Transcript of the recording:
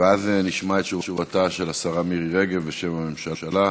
ואז נשמע את תשובתה של השרה מירי רגב בשם הממשלה.